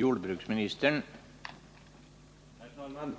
Herr talman!